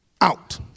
out